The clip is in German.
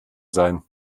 sein